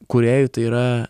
kūrėjui tai yra